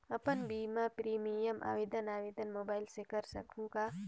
अपन बीमा प्रीमियम आवेदन आवेदन मोबाइल से कर सकहुं का?